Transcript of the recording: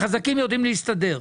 החזקים יודעים להסתדר.